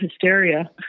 hysteria